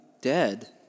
dead